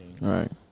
Right